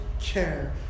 care